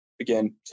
again